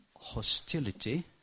hostility